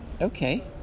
Okay